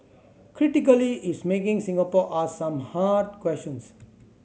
critically is making Singapore ask some hard questions